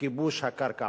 בכיבוש הקרקע.